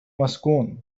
مسكون